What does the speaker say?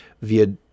via